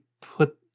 put